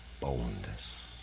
boldness